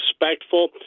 respectful